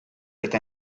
eta